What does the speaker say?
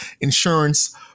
insurance